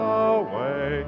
away